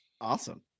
awesome